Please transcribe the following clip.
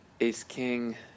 ace-king